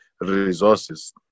resources